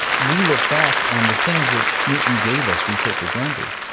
we look back and the things that newton gave us we take for granted,